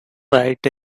right